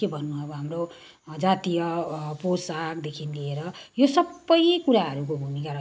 के भन्नु अब हाम्रो जातीय पोसाकदेखि लिएर यो सबै कुराहरूको भूमिका रहेको हुन्छ